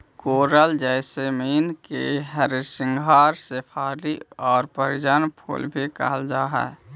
कोरल jasmine के हरसिंगार शेफाली आउ पारिजात फूल भी कहल जा हई